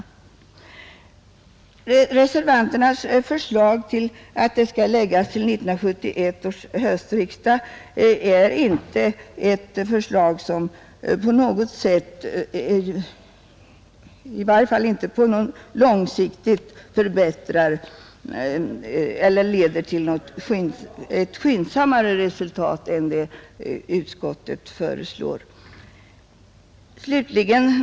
Bifall till reservanternas förslag om att proposition skall föreläggas 1971 års höstriksdag leder inte till något skyndsammare resultat än ett beslut i överensstämmelse med utskottets förslag.